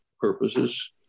purposes